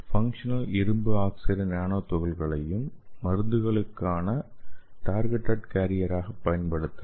functional இரும்பு oxide nano துகள்களையும் மருந்துகளுக்கான டார்கெட்டேட் கேரியராகப் பயன்படுத்தலாம்